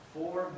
Four